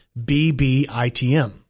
BBITM